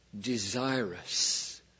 desirous